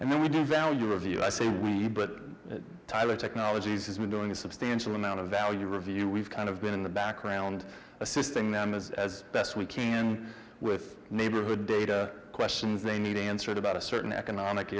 and we do value of you i say way but tyler technologies has been doing a substantial amount of value review we've kind of been in the background assisting them as as best we can with neighborhood data questions they need answered about a certain economic